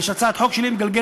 יש הצעת חוק שלי שמתגלגלת,